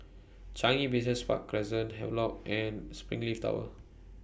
Changi Business Park Crescent Havelock and Springleaf Tower